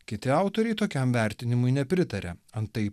kiti autoriai tokiam vertinimui nepritaria antai